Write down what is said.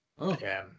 Okay